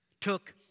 took